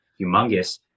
humongous